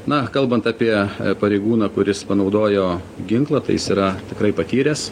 na kalbant apie pareigūną kuris panaudojo ginklą tai jis yra tikrai patyręs